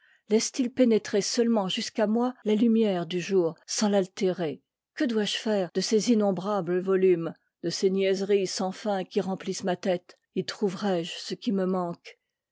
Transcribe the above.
laissent ils pénétrer seulement jusqu'à moi la lumière du jour sans l'altérer que dois-je faire de ces innombrabtes volumes de ces niaiseries sans fin qui remplissent ma tête y trouverai-je ce qui me manque